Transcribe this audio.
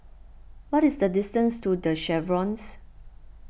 what is the distance to the Chevrons